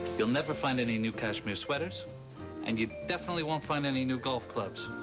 you'll never find any new cashmere sweaters and you definitely won't find any new golf clubs.